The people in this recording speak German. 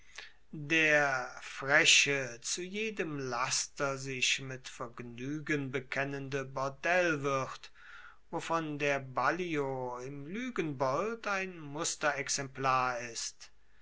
der freche zu jedem laster sich mit vergnuegen bekennende bordellwirt wovon der ballio im luegenbold ein musterexemplar ist